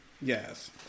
Yes